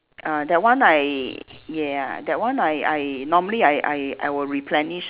uh that one I ya that one I I normally I I I will replenish